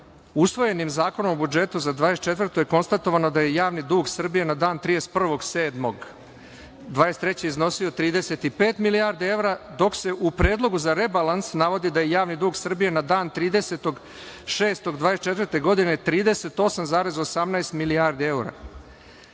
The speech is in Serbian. Usvojenim Zakonom o budžetu za 2024. godinu je konstatovano da je javni dug Srbije na dan 31.7.2023. godine iznosio 35 milijardi evra, dok se u predlogu za rebalans navodi da je javni dug Srbije na dan 30.6.2024. godine 38,18 milijardi